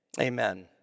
Amen